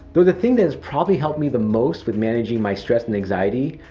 though the thing that has probably helped me the most with managing my stress and anxiety,